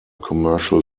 commercial